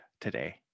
today